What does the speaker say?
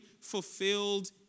fulfilled